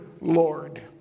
Lord